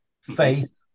faith